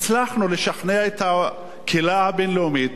הצלחנו לשכנע את הקהילה הבין-לאומית,